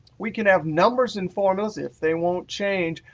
we can have numbers in formulas if they won't change.